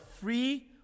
free